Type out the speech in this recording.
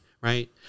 Right